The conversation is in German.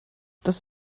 das